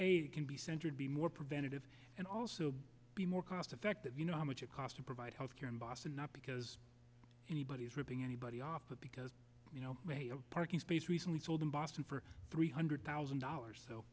is can be centered be more preventative and also be more cost effective you know how much it cost to provide health care in boston not because anybody is ripping anybody off but because you know maybe a parking space recently sold in boston for three hundred thousand dollars so